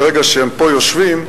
ברגע שהם יושבים פה,